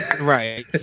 Right